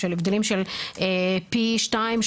הבדלים של פי 2,